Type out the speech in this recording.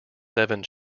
seven